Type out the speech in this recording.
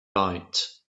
right